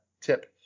tip